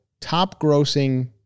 top-grossing